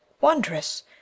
Wondrous